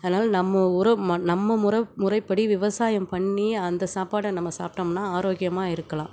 அதனால் நம்ம ஊரை மண் நம்ம முற முறைப்படி விவசாயம் பண்ணி அந்த சாப்பாடை நம்ம சாப்பிட்டம்னா ஆரோக்கியமாக இருக்கலாம்